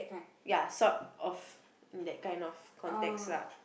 ya sort of that kind of context lah